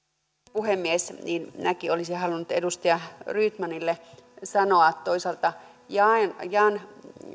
puhemies minäkin olisin halunnut edustaja rydmanille sanoa että toisaalta jaan